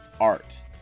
art